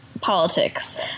politics